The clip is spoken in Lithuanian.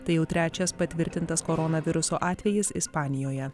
tai jau trečias patvirtintas koronaviruso atvejis ispanijoje